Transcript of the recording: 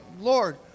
Lord